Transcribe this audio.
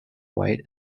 white